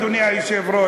אדוני היושב-ראש,